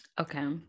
Okay